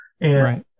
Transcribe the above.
Right